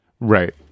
Right